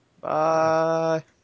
Bye